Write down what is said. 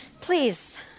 Please